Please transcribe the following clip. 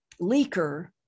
leaker